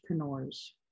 entrepreneurs